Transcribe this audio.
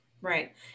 Right